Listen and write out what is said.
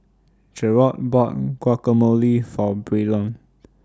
Jerod bought Guacamole For Braylon